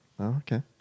Okay